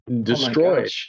destroyed